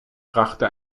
brachte